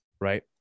right